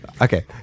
Okay